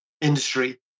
industry